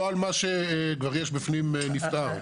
לא על מה שיש בפנים כבר נפטר.